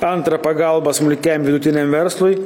antra pagalba smulkiam vidutiniam verslui